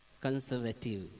conservative